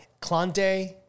Clante